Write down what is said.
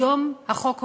היום החוק אומר: